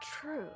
true